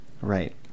right